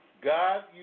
God